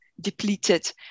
depleted